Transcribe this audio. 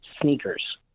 sneakers